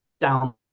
down